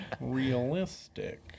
realistic